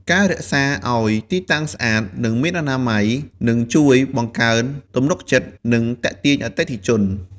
ការរក្សាឱ្យទីតាំងស្អាត និងមានអនាម័យ នឹងជួយបង្កើនទំនុកចិត្ត និងទាក់ទាញអតិថិជន។